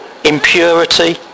impurity